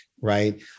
right